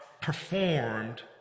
performed